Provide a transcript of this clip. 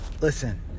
listen